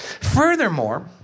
Furthermore